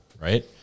Right